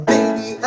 Baby